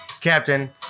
Captain